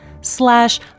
slash